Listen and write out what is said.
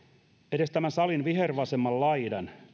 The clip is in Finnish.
edes tämän salin vihervasemman laidan